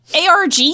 ARG